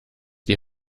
die